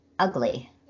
ugly